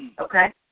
Okay